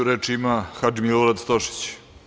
Reč ima Hadži Milorad Stošić.